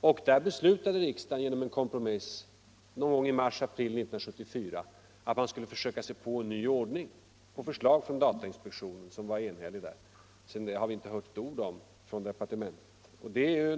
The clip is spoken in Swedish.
Och där beslöt riksdagen genom en kompromiss i mars eller april 1974, på ett enhälligt förslag från datainspektionen, att vi skulle försöka oss på en ny ordning. Det har vi inte hört ett ord om från departementet. Och därför